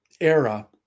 era